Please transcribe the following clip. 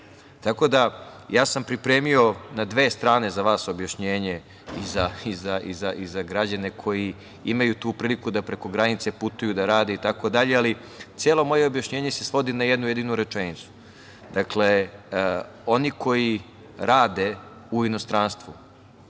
Tako da sam pripremio na dve strane za vas objašnjenje i za građane koji imaju tu priliku da preko granice putuju, da rade itd, ali celo moje objašnjenje se svodi na jednu jedinu rečenicu – oni koji rade u inostranstvu